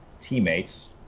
teammates